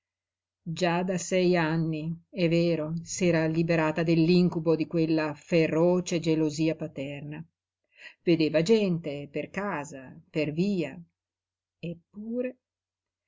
già da sei anni è vero s'era liberata dall'incubo di quella feroce gelosia paterna vedeva gente per casa per via eppure